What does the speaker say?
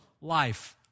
life